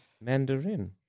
Mandarin